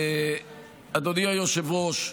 אדוני היושב-ראש,